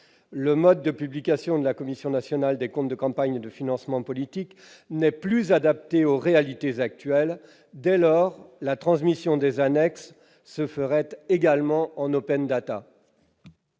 Le mode de publication de la Commission nationale des comptes de campagne et des financements politiques n'est plus adapté aux réalités actuelles. Dès lors, la transmission des annexes se ferait également en.